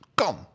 kan